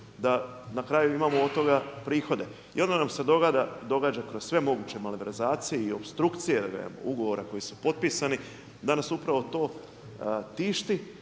da na kraju od toga imamo prihode. I onda nam se događa kroz sve moguće malverzacije i opstrukcije ugovora koji su potpisani da nas upravo to tišti